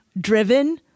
driven